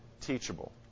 teachable